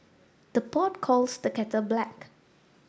the pot calls the kettle black